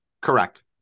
Correct